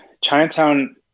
Chinatown